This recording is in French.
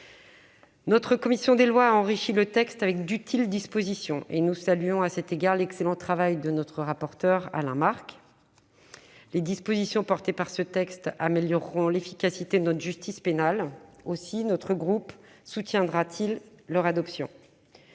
La commission des lois a enrichi le texte avec d'utiles dispositions. À cet égard, nous saluons l'excellent travail de notre rapporteur, Alain Marc. Les dispositions contenues dans ce texte amélioreront l'efficacité de notre justice pénale. Aussi notre groupe soutiendra-t-il leur adoption.